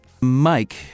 Mike